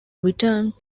returned